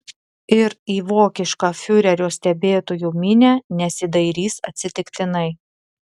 ir į vokišką fiurerio stebėtojų minią nesidairys atsitiktinai